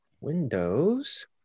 Windows